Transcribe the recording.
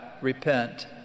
repent